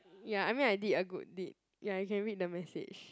ya I mean I did a good deed ya you can read the message